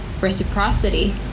reciprocity